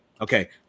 okay